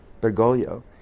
Bergoglio